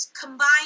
combine